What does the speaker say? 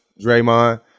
Draymond